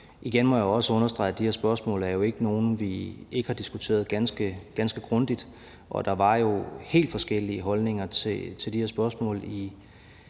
Igen må jeg også understrege, at de her spørgsmål jo ikke er nogle, vi ikke har diskuteret ganske, ganske grundigt, og der var jo også nogle helt forskellige holdninger til de her spørgsmål